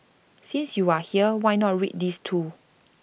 since you are here why not read these too